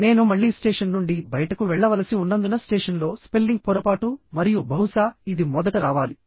నేను మళ్ళీ స్టేషన్ నుండి బయటకు వెళ్ళవలసి ఉన్నందున స్టేషన్లో స్పెల్లింగ్ పొరపాటు మరియు బహుశా ఇది మొదట రావాలి